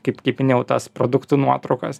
kaip kaip minėjau tos produktų nuotraukos